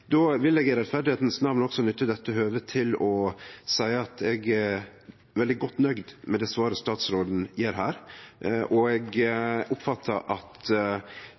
Då vil eg i rettferdas namn også nytte dette høvet til å seie at eg er veldig godt nøgd med det svaret statsråden gjev her, og eg oppfattar at